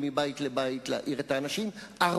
לאה